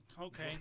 Okay